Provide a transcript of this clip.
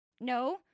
No